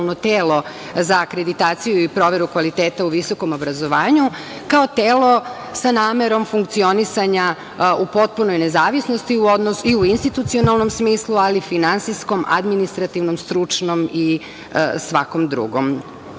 telo za akreditaciju i proveru kvaliteta u visokom obrazovanju, kao telo sa namerom funkcionisanja u potpunoj nezavisnosti u institucionalnom smislu, ali i finansijskom, administrativnom, stručnom i svakom drugom. Dakle,